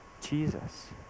Jesus